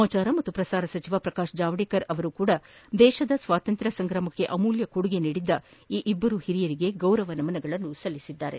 ಸಮಾಚಾರ ಮತ್ತು ಪ್ರಸಾರ ಸಚಿವ ಪ್ರಕಾಶ್ ಜಾವಡೇಕರ್ ಅವರೂ ಸಹ ದೇಶದ ಸ್ವಾತಂತ್ರ್ಯ ಹೋರಾಟಕ್ಕೆ ಅಮೂಲ್ಯ ಕೊಡುಗೆ ನೀಡಿದ್ದ ಈ ಇಬ್ಬರು ಹಿರಿಯರಿಗೆ ಗೌರವ ನಮನ ಸಲ್ಲಿಸಿದ್ದಾರೆ